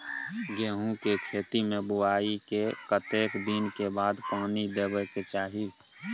गेहूँ के खेती मे बुआई के कतेक दिन के बाद पानी देबै के चाही?